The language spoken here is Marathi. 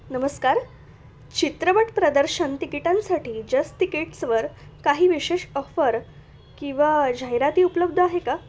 नमस्कार चित्रपट प्रदर्शन तिकिटांसाठी जसतिकीट्स वर काही विशेष ऑफर किंवा जाहिराती उपलब्ध आहे का